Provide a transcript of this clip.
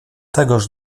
tegoż